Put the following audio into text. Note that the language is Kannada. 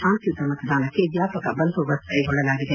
ಶಾಂತಿಯುತ ಮತದಾನಕ್ಕೆ ವ್ಯಾಪಕ ಬಂದೋಬಸ್ತ್ ಕೈಗೊಳ್ಳಲಾಗಿದೆ